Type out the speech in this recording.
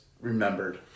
remembered